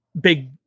big